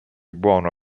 buono